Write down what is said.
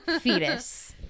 fetus